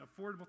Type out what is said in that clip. affordable